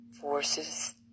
force's